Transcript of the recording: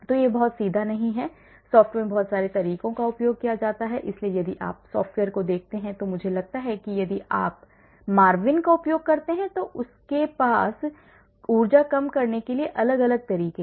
तो यह बहुत सीधा नहीं है सॉफ्टवेयर में बहुत सारे तरीकों का उपयोग किया जाता है इसलिए यदि आप सॉफ्टवेयर को देखते हैं तो मुझे लगता है कि यदि आप Marvin का उपयोग करते हैं तो उनके पास ऊर्जा कम करने के लिए अलग अलग तरीके हैं